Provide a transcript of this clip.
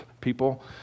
people